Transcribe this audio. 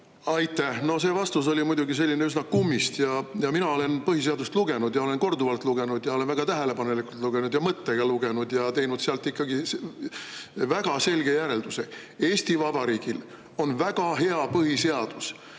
Aitäh! No see vastus oli muidugi selline üsna kummist. Mina olen põhiseadust lugenud, ja olen seda korduvalt ja väga tähelepanelikult, mõttega lugenud ning teinud sealt ikkagi väga selge järelduse: Eesti Vabariigil on väga hea põhiseadus.